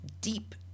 deep